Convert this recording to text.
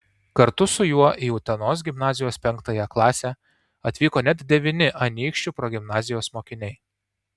kartu su juo į utenos gimnazijos penktąją klasę atvyko net devyni anykščių progimnazijos mokiniai